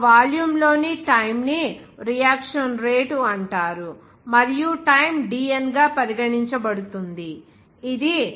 ఆ వాల్యూమ్ లోని టైమ్ ని రియాక్షన్ రేటు అంటారు మరియు టైమ్ dN గా పరిగణించబడుతుంది ఇది r